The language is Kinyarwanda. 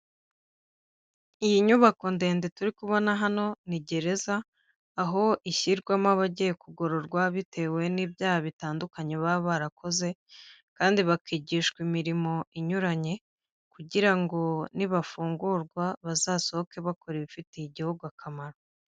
Iyi nyubako ndende turi kubona hano ni gereza, aho ishyirwamo abagiye kugororwa bitewe n'ibyaha bitandukanye baba barakoze kandi bakigishwa imirimo inyuranye kugira ngo nibafungurwa bazasohoke bakora ibifitiye igihugu akamaro.